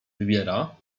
wybiera